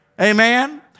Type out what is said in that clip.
Amen